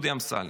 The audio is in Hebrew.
דודי אמסלם,